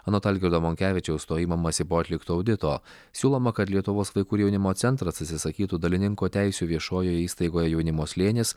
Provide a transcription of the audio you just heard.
anot algirdo monkevičiaus to imamasi po atlikto audito siūloma kad lietuvos vaikų ir jaunimo centras atsisakytų dalininko teisių viešojoje įstaigoje jaunimo slėnis